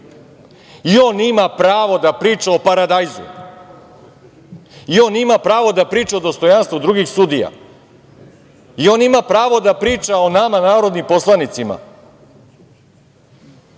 I on ima pravo da priča o paradajzu? I on ima pravo da priča o dostojanstvu drugih sudija? I on ima pravo da priča o nama, narodnim poslanicima?